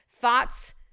Thoughts